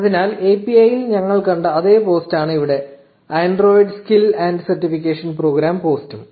അതിനാൽ API ൽ ഞങ്ങൾ കണ്ട അതേ പോസ്റ്റാണ് ഇവിടെ Android skill and certification program പോസ്റ്റും